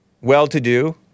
Well-to-do